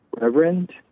Reverend